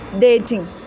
dating